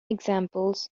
examples